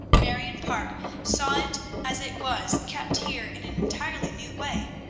marion parke saw it as it was kept here in an entirely new way.